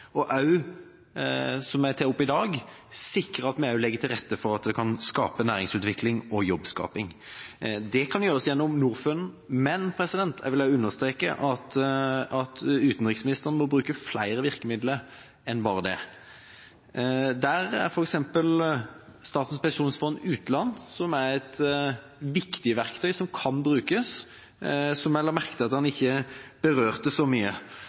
og helse, som jeg var inne på i mitt innlegg, og også sikre at vi legger til rette for at det kan skapes næringsutvikling og jobber. Det kan gjøres gjennom Norfund, men jeg vil understreke at utenriksministeren må bruke flere virkemidler enn bare det. Her er f.eks. Statens pensjonsfond utland et viktig verktøy som kan brukes, og jeg la merke til at han ikke berørte det så mye.